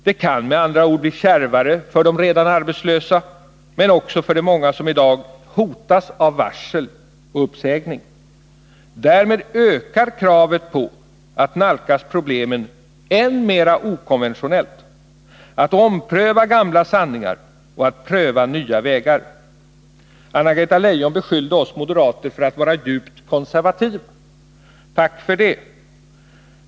Det kan med andra ord bli kärvare för de redan arbetslösa men också för de många som i dag hotas av varsel och uppsägning. Därmed ökar kravet på att nalkas problemen än mer okonventionellt, att ompröva gamla sanningar och att pröva nya vägar. Anna-Greta Leijon beskyllde oss moderater för att vara djupt konservativa. Tack för det!